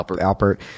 Albert